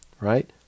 Right